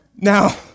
Now